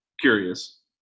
curious